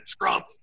Trump